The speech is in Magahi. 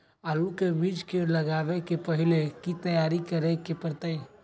आलू के बीज के लगाबे से पहिले की की तैयारी करे के परतई?